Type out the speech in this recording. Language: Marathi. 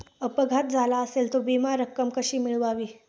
अपघात झाला असेल तर विमा रक्कम कशी मिळवावी?